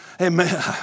Amen